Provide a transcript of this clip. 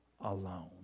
alone